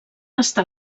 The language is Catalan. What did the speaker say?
està